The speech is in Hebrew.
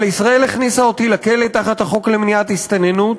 אבל ישראל הכניסה אותי לכלא תחת החוק למניעת הסתננות,